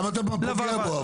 אבל למה אתה פוגע בו?